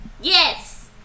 Yes